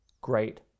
great